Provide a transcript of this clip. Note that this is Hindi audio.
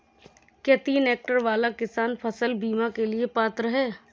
क्या तीन हेक्टेयर वाला किसान फसल बीमा के लिए पात्र हैं?